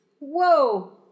whoa